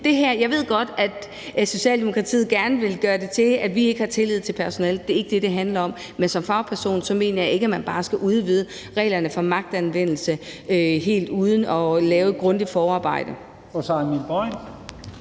Jeg ved godt, at Socialdemokratiet gerne vil gøre det til, at vi ikke har tillid til personalet. Det er ikke det, det handler om. Men som fagperson mener jeg ikke, at man bare skal udvide reglerne for magtanvendelse helt uden at gøre et grundigt forarbejde.